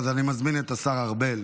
אני מזמין את השר ארבל.